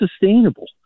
sustainable